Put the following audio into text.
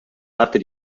parte